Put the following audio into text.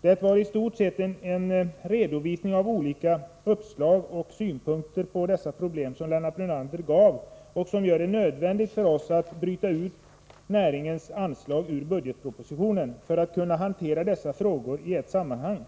Det var i stort sett en redovisning av olika uppslag och synpunkter på dessa problem som Lennart Brunander gav och som gör det nödvändigt för oss att bryta ut näringens anslag ur budgetpropositionen för att kunna hantera dessa frågor i ett sammanhang.